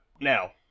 Now